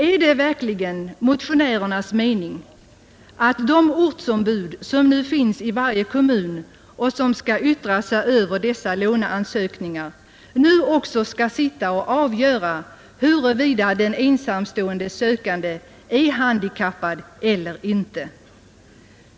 Är det verkligen motionärernas mening att de ortsombud som nu finns i varje kommun och som skall yttra sig över låneansökningarna också skall avgöra huruvida en ensamstående sökande är handikappad eller inte?